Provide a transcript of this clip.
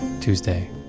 Tuesday